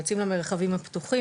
יוצאים למרחבים הפתוחים,